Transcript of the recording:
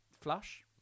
flush